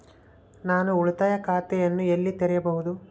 ನಾನು ಉಳಿತಾಯ ಖಾತೆಯನ್ನು ಎಲ್ಲಿ ತೆರೆಯಬಹುದು?